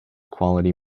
quality